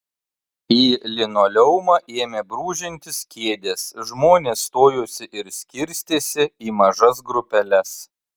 į linoleumą ėmė brūžintis kėdės žmonės stojosi ir skirstėsi į mažas grupeles